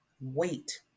Wait